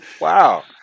Wow